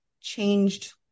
changed